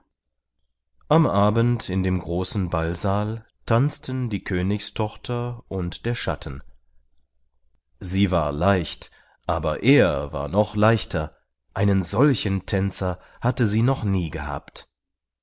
am abend in dem großen ballsaal tanzten die königstochter und der schatten sie war leicht aber er war noch leichter einen solchen tänzer hatte sie noch nie gehabt